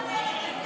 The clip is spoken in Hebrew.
תודה רבה.